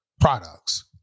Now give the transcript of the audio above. products